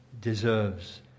deserves